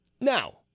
Now